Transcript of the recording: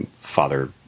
father